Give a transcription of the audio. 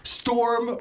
storm